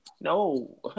No